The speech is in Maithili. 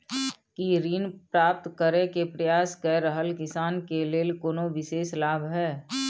की ऋण प्राप्त करय के प्रयास कए रहल किसान के लेल कोनो विशेष लाभ हय?